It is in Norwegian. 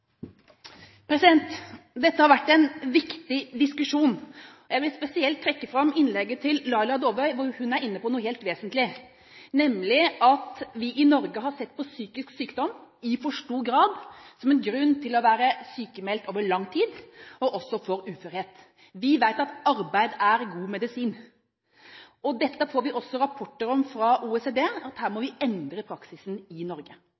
Dette har vært en viktig diskusjon. Jeg vil spesielt trekke fram innlegget til Laila Dåvøy, hvor hun er inne på noe vesentlig, nemlig at vi i Norge i for stor grad har sett på psykisk sykdom som en grunn til å være sykmeldt over lang tid, og også som en grunn til uførhet. Vi vet at arbeid er god medisin. Det får vi også rapporter om fra OECD, at her må vi endre praksisen i Norge.